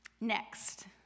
Next